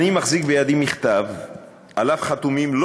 אני מתכבד להזמין את חבר הכנסת מאיר כהן,